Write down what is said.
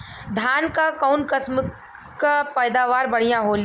धान क कऊन कसमक पैदावार बढ़िया होले?